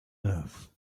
love